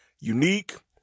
unique